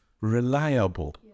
Reliable